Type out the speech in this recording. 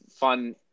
fun